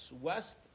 west